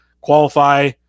qualify